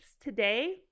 today